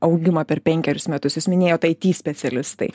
augimą per penkerius metus jūs minėjot it specialistai